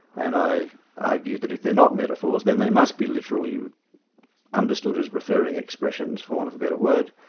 and i argue that if they're not metaphors, then they must be literally understood as referring expressions, for want of a better word,